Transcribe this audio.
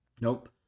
nope